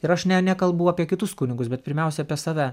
ir aš ne nekalbu apie kitus kunigus bet pirmiausia apie save